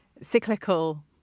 cyclical